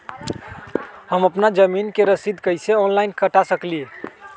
हम अपना जमीन के रसीद कईसे ऑनलाइन कटा सकिले?